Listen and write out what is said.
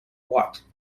watt